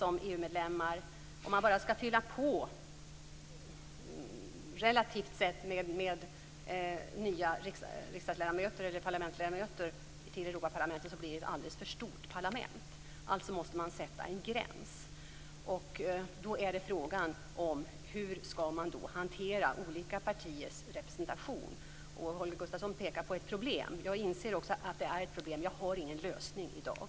Om man bara fyller på med nya parlamentsledamöter i Europaparlamentet när fler länder blir medlemmar blir det ett alldeles för stort parlament. Man måste alltså sätta en gräns. Frågan är hur man skall hantera olika partiers representation. Holger Gustafsson pekar på ett problem. Jag inser också att det är ett problem. Jag har ingen lösning i dag.